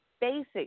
basic